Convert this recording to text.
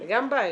זו גם בעיה.